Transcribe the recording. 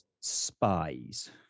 spies